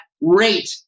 rate